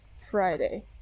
Friday